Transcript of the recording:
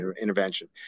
intervention